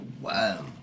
wow